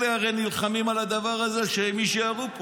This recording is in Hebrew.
אלה הרי נלחמים על הדבר הזה שהם יישארו פה.